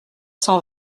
cent